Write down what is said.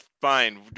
fine